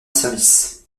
service